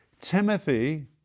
Timothy